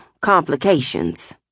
Complications